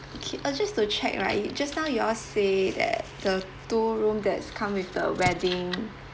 okay uh just to check right just now you all say that the two room that's come with the wedding